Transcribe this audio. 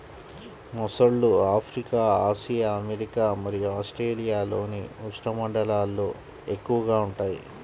మొసళ్ళు Africa, Asia, America మరియు ఆస్ట్రేలియాలోని ఉష్ణమండలాల్లో ఎక్కువగా ఉంటాయి